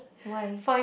why